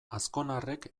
azkonarrek